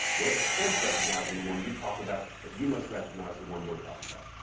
we're, of course, recognizing the one you talk about, but you must recognize the one we're talking about.